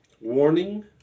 warning